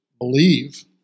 believe